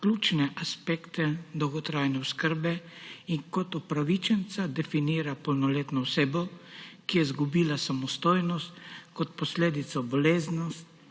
ključne aspekte dolgotrajne oskrbe in kot upravičenca definira polnoletno osebo, ki je izgubila samostojnost kot posledico bolezni,